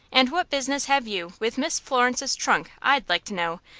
and what business have you with miss florence's trunk, i'd like to know?